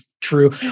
true